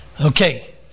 Okay